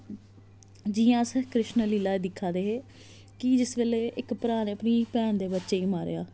जि'यां अस कृष्ण लीला दिक्खा दे हे कि जिस बेल्लै इक भ्राऽ ने अपनी भैन दे बच्चे गी मारेआ